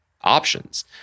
options